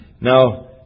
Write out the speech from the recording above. Now